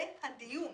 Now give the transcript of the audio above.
זה הדיון.